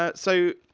ah so,